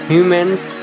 Humans